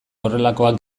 horrelakoak